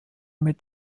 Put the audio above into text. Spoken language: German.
mit